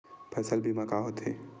फसल बीमा का होथे?